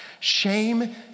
Shame